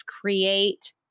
create